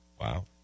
Wow